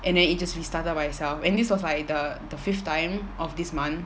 and then it just restarted by itself and this was like the fifth time of this month